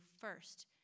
first